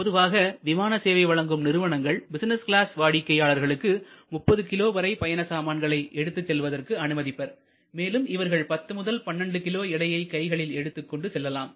பொதுவாக விமான சேவை வழங்கும் நிறுவனங்கள் பிசினஸ் கிளாஸ் வாடிக்கையாளர்களுக்கு 30 கிலோ வரை பயண சாமான்களை எடுத்துச் செல்வதற்கு அனுமதிப்பர் மேலும் இவர்கள் 10 முதல் 12 கிலோ எடையை கைகளில் எடுத்துக் கொண்டு செல்லலாம்